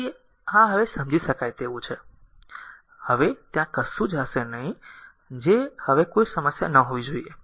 તેથી આ હવે સમજી શકાય તેવું છે હવે ત્યાં કશું જ હશે નહીં જે હવે કોઈ સમસ્યા ન હોવી જોઈએ